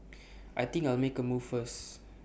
I think I'll make A move first